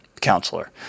counselor